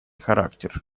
характер